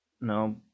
No